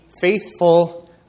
faithful